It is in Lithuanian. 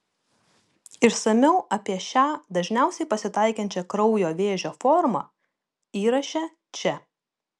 išsamiau apie šią dažniausiai pasitaikančią kraujo vėžio formą įraše čia